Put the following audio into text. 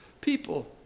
people